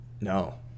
No